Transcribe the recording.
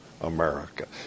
America